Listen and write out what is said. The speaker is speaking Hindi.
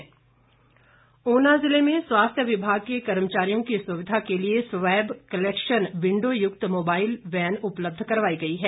मोबाईल वैन ऊना ज़िले में स्वास्थ्य विभाग के कर्मचारियों की सुविधा के लिए स्वैब कलेक्शन विंडो युक्त मोबाईल वैन उपलब्ध करवाई गई है